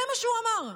זה מה שהוא אמר.